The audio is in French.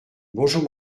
bonjour